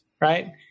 right